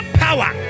power